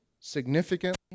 significantly